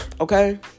okay